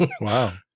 Wow